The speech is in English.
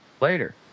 later